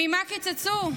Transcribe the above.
ממה קיצצו?